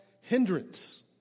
hindrance